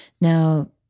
Now